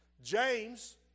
James